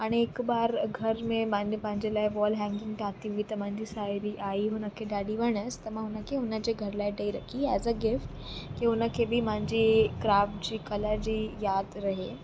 हाणे हिकु बार घर में माने पंहिंजे लाइ वॉल हैंगिंग ठाती हुई त मांजी साहेड़ी आई हुनखे ॾाढी वणियसि त मां हुनखे हुनजे घर लाइ ॾेई रखी एज़ अ गिफ़्ट कि हुनखे बि मांजे क्राफ़्ट जी कला जी याद रहे